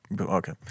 Okay